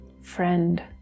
friend